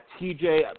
TJ